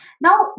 Now